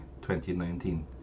2019